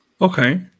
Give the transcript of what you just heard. Okay